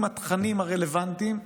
עם התכנים הרלוונטיים,